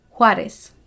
Juárez